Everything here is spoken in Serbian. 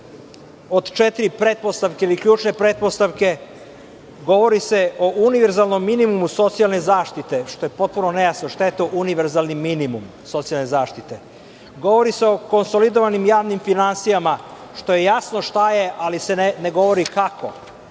Od četiri pretpostavke ili ključne pretpostavke, govori se o univerzalnom minimumu socijalne zaštite, što je potpuno nejasno, šta je to univerzalni minimum socijalne zaštite? Govori se o konsolidovanim javnim finansijama, što je jasno šta je, ali se ne govori